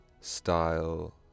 style